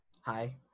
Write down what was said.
Hi